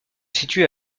situe